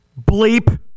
Bleep